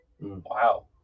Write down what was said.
Wow